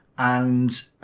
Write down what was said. and